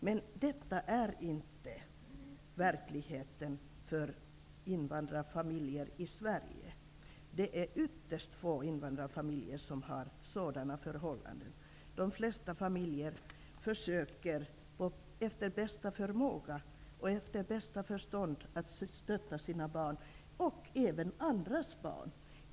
Men detta är inte verkligheten för invandrarfamiljer i Sverige. Det är ytterst få invandrarfamiljer som har sådana förhållanden. De flesta familjer försöker efter bästa förmåga och efter bästa förstånd stötta sina barn, och även andras barn.